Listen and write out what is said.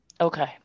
Okay